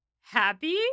happy